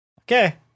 okay